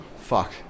Fuck